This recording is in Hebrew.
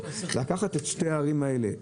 לקחת את שתי הערים האלה,